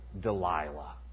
Delilah